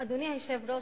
אדוני היושב-ראש,